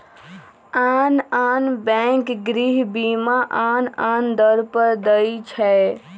आन आन बैंक गृह बीमा आन आन दर पर दइ छै